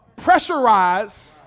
pressurize